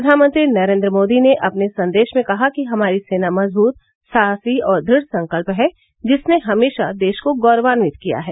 प्रघानमंत्री नरेन्द्र मोदी ने अपने संदेश में कहा कि हमारी सेना मजबूत साहसी और द्रढ़संकल्प है जिसने हमेशा देश को गौरवान्वित किया है